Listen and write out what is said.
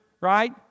right